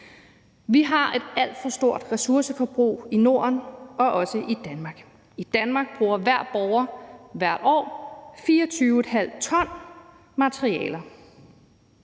Vi har et alt for stort ressourceforbrug i Norden og også i Danmark. I Danmark bruger hver borger hvert år 24,5 t materialer,